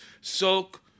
soak—